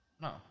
No